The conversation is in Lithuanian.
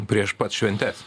prieš pat šventes